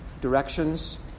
directions